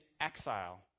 exile